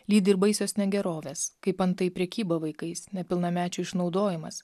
lydi ir baisios negerovės kaip antai prekyba vaikais nepilnamečių išnaudojimas